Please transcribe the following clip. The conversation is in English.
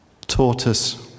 tortoise